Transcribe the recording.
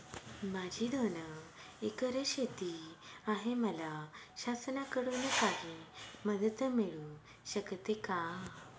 माझी दोन एकर शेती आहे, मला शासनाकडून काही मदत मिळू शकते का?